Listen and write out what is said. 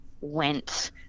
went